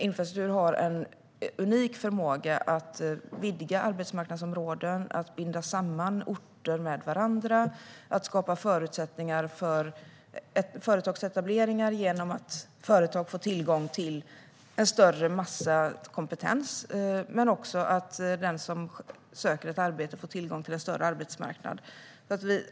Infrastrukturen har en unik förmåga att vidga arbetsmarknadsområden, att binda samman orter med varandra och att skapa förutsättningar för företagsetableringar genom att företag får tillgång till en större massa av kompetens men också genom att den som söker arbete får tillgång till en större arbetsmarknad.